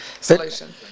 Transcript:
Solution